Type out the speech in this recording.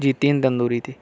جی تین تندوری تھی